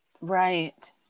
Right